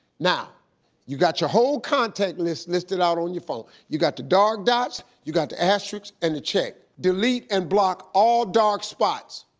now you got your whole contact list listed out on your phone. you got the dark dots. you got the asterisks and the check. delete and block all dark spots.